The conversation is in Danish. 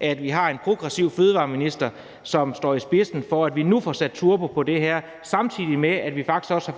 at vi har en progressiv fødevareminister, som står i spidsen for, at vi nu får sat turbo på det her, samtidig med at vi faktisk også